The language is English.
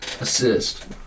assist